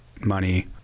money